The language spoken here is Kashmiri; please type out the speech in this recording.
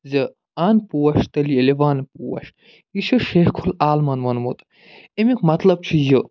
زِ اَن پوش تیٚلہِ ییٚلہِ وَن پوش یہِ چھُ شیخُ العالمن ووٚنمُت اَمیُک مطلب چھُ یہِ